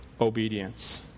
obedience